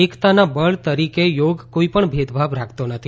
એકતાના બળ તરીકે યોગ કોઇ પણ ભેદભાવ રાખતો નથી